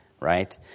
right